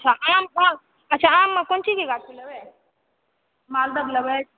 अच्छा आम अच्छा आम मे कोन चीज के गाछ लेबै मालदह के लेबै